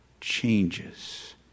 changes